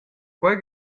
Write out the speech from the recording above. quei